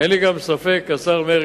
אין לי ספק, השר מרגי,